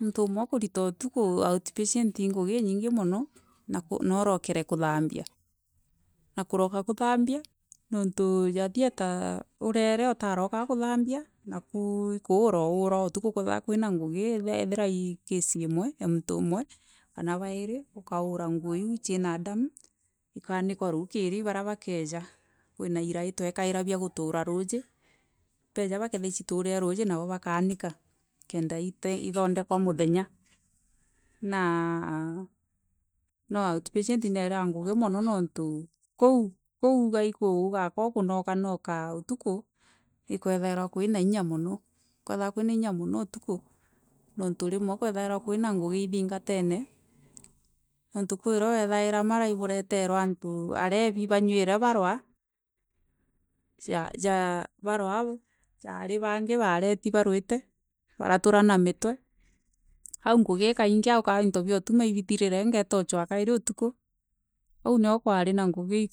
Mûntû ûmwe kûrita ûtûkû ni ngûgi inyingi mûno na ûrokere kûthambia na kûroka kûthambia noritû ja thietaa ûrere ûtarokaa kûthambia ikûûra waisraa ûtûkû kwethira kwina ngûi wethira I kesi e mûrifû ûmwe kana bairi ûkaûra ngûo iû chiina ndamû ikaenikwa rûkiri i bara bakesa kwina ina twaikara bia gûtûra rûsi beja bakaithira ichifûrire rûsi nabo bakaarika kenda ithondekwa mûhenya naa no oûtpatient niari a ngûgi mono niaûnfû koû ûwa ikûûga kûkûnoyoka inthanthamû, mirongo mûgwanja na mûgwwanja, mirongo mûgwanja na inyanya mirongo mûgwanja na kenda, mirongo inana. Mirongo inana na imwe mirongo inana na ijiri mirongo inana na tharû, mirongo inana na inya, mirongo inana na ithano, mirongo inana na ithantharû, mirongo inana na kenda, mirongo kenda. mirongo kenda na imwe, mirongo kenda ijiri, mirongo kenda na ijiri, mirongo kenda na isharû, mrooyo kenda na inya, mirongo kenda na ithano mirongo kenda na intharith, mirongo kenda na mûgwanja, mirongo kenda na inyanya, mirongo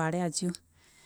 kenda kenda, iyana rimwe.